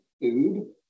food